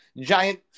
giant